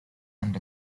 and